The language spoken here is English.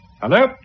Hello